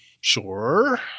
Sure